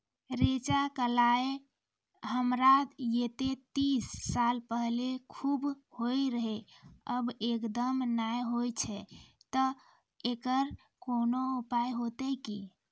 रेचा, कलाय हमरा येते तीस साल पहले खूब होय रहें, अब एकदम नैय होय छैय तऽ एकरऽ कोनो उपाय हेते कि?